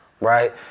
Right